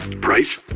Price